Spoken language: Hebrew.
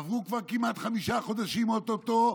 עברו כבר כמעט חמישה חודשים או-טו-טו,